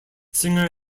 singer